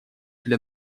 для